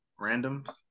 randoms